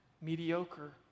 mediocre